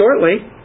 shortly